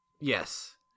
Yes